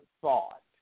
thought